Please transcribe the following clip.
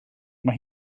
mae